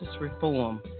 reform